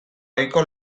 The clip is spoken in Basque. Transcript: ohiko